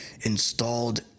installed